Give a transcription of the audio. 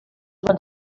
van